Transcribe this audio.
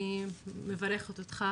אני מברכת אותך,